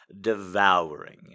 devouring